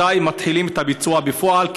מתי מתחילים את הביצוע בפועל,